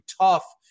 tough